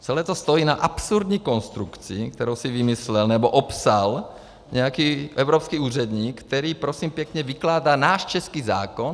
Celé to stojí na absurdní konstrukci, kterou si vymyslel nebo opsal nějaký evropský úředník, který prosím pěkně vykládá náš český zákon.